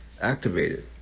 activated